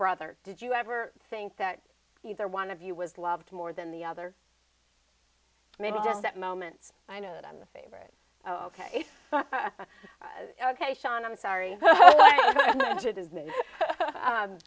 brother did you ever think that either one of you was loved more than the other maybe that moment i know that i'm the favorite ok ok shawn i'm sorry